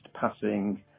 passing